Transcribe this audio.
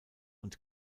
und